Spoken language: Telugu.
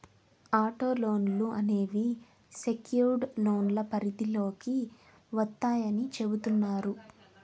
ఆటో లోన్లు అనేవి సెక్యుర్డ్ లోన్ల పరిధిలోకి వత్తాయని చెబుతున్నారు